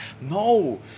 No